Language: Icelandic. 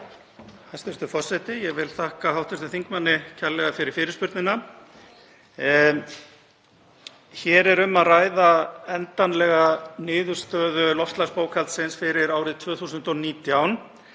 Hæstv. forseti. Ég vil þakka hv. þingmanni kærlega fyrir fyrirspurnina. Hér er um að ræða endanlega niðurstöðu loftslagsbókhalds fyrir árið 2019 sem